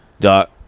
dot